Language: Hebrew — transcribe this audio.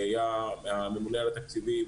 שהיה הממונה על התקציבים